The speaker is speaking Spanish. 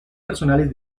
personales